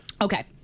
Okay